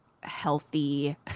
healthy-